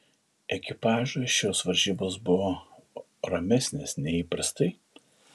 ekipažui šios varžybos buvo ramesnės nei įprastai